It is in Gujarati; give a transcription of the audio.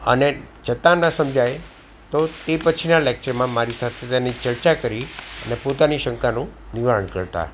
અને જતાં ન સમજાય તો તે પછીના લેક્ચરમાં મારી સાથે તેની ચર્ચા કરી અને પોતાની શંકાનું નિવારણ કરતા